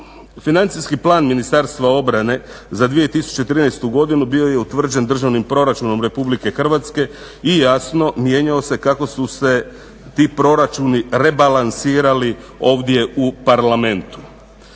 Financijski plan Ministarstva obrane za 2013. godinu bio je utvrđen državnim proračunom Republike Hrvatske i jasno mijenjao se kako su se ti proračuni rebalansirali ovdje u Parlamentu.